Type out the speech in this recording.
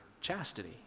chastity